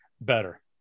better